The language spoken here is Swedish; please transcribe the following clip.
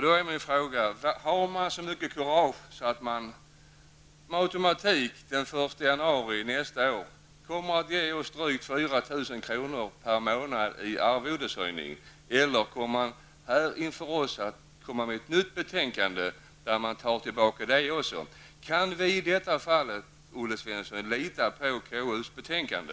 Då är min fråga: Har man så mycket kurage att man med automatik den 1 januari nästa år kommer att ge oss drygt 4 000 kr. per månad i arvodeshöjning, eller kommer man att lägga fram ett nytt betänkande där man tar tillbaka det också? Kan vi i detta fall, Olle Svensson, lita på KUs betänkande?